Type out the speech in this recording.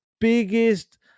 biggest